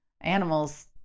animals